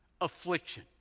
affliction